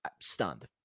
stunned